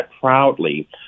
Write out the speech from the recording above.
proudly